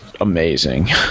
amazing